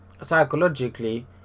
psychologically